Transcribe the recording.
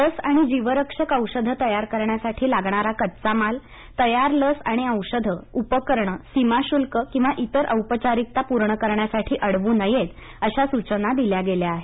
लस आणि जीवरक्षक औषधं तयार करण्यासाठी लागणारा कच्चा माल तयार लस आणि औषधं उपकरणं सीमाशुल्क किवा इतर औपचारिकता पूर्ण करण्यासाठी अडवू नयेत अश्या सूचना दिल्या गेल्या आहेत